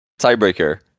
Tiebreaker